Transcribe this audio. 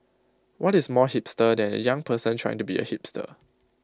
what is more hipster than A young person trying to be A hipster